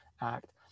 act